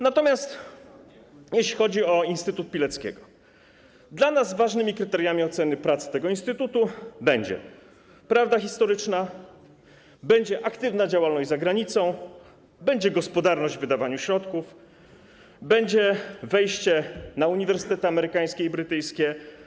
Natomiast jeśli chodzi o instytut Pileckiego, to dla nas ważnymi kryteriami oceny pracy tego instytutu będzie prawda historyczna, będzie aktywna działalność za granicą, będzie gospodarność w wydawaniu środków, będzie wejście na uniwersytety amerykańskie i brytyjskie.